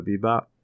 Bebop